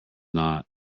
not